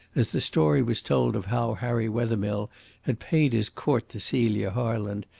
as the story was told of how harry wethermill had paid his court to celia harland,